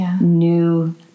new